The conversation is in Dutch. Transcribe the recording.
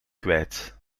kwijt